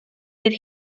did